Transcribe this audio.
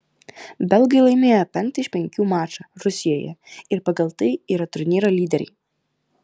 belgai laimėjo penktą iš penkių mačą rusijoje ir pagal tai yra turnyro lyderiai